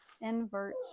Invert